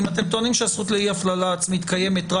אם אתם טוענים שהזכות לאי הפללה עצמית קיימת רק